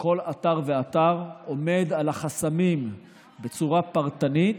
כל אתר ואתר, עומד על החסמים בצורה פרטנית.